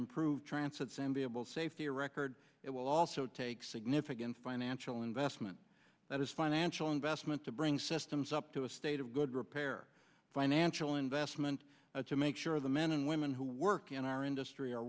improve transepts and be able safety record it will also take significant financial investment that is financial investment to bring systems up to a state of good repair financial investment to make sure the men and women who work in our industry are